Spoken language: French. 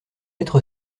être